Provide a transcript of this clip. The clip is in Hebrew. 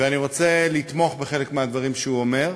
ואני רוצה לתמוך בחלק מהדברים שהוא אומר.